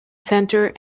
centre